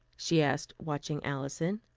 she asked, watching alison.